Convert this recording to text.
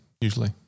usually